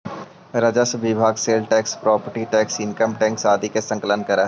राजस्व विभाग sale tax property tax income tax आदि के संकलन करऽ हई